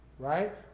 Right